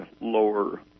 lower